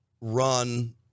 run